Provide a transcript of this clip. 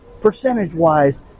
percentage-wise